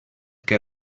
que